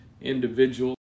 individual